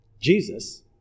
Jesus